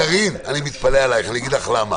קארין, אני מתפלא עלייך, אני אגיד לך למה.